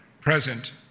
present